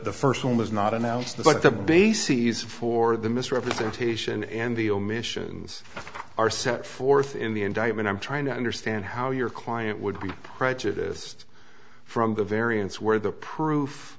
the first one was not announced but the bases for the misrepresentation and the omissions are set forth in the indictment i'm trying to understand how your client would be prejudiced from the variance where the proof